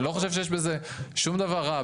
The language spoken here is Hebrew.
אני לא חושב שיש בזה שום דבר רע.